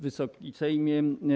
Wysoki Sejmie!